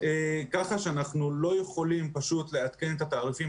ככה שאנחנו לא יכולים פשוט לעדכן את התעריפים